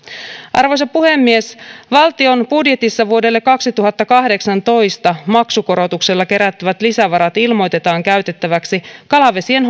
arvoisa puhemies valtion budjetissa vuodelle kaksituhattakahdeksantoista maksukorotuksella kerättävät lisävarat ilmoitetaan käytettäväksi kalavesien